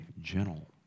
gentle